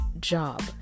job